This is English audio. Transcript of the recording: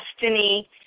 destiny